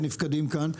שנפקדים כאן,